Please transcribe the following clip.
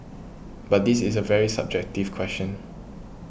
but this is a very subjective question